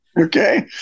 Okay